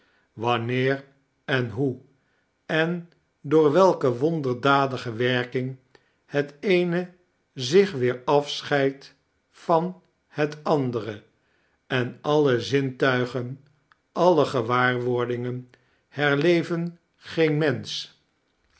tvamneeir en hoe en door welke wonder dadige werking het eene zich weer afscheidt van het andere en alle zintuigen alle gewaarwordingen herleven geen mensch